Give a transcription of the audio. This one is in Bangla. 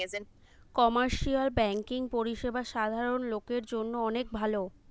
কমার্শিয়াল বেংকিং পরিষেবা সাধারণ লোকের জন্য অনেক ভালো